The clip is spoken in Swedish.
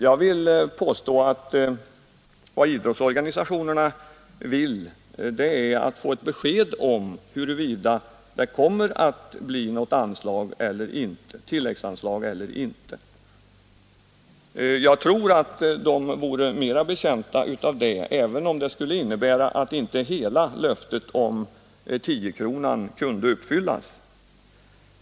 Jag vill påstå att vad idrottsorganisationerna vill ha är ett besked om huruvida det kommer att bli något tilläggsanslag eller inte. Jag tror att de vore mera betjänta av det, även om det skulle innebära att inte hela löftet om 10-kronan kunde uppfyllas.